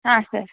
ಹಾಂ ಸರ್